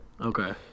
Okay